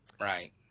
Right